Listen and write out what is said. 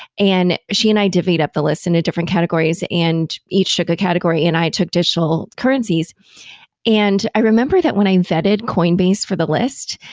and she and i divvied up the list into different categories and each took a category and i took digital currencies i remember that when i vetted coinbase for the list,